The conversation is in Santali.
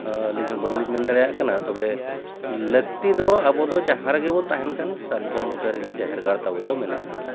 ᱟᱹᱞᱤᱧᱦᱚᱸ ᱵᱟᱹᱞᱤᱧ ᱢᱮᱱ ᱫᱟᱲᱮᱭᱟᱜ ᱠᱟᱱᱟ ᱛᱚᱵᱮ ᱞᱟᱹᱠᱛᱤ ᱫᱚ ᱟᱵᱚᱫᱚ ᱡᱟᱦᱟᱸ ᱨᱮᱜᱮ ᱵᱚᱱ ᱛᱟᱦᱮᱱ ᱠᱟᱱ ᱥᱟᱨᱡᱚᱢ ᱵᱩᱴᱟᱹ ᱨᱮᱜᱮ ᱡᱟᱦᱮᱨ ᱜᱟᱲ ᱛᱟᱵᱚᱱ ᱫᱚ ᱢᱮᱱᱟᱜᱼᱟ